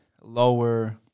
lower